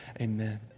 Amen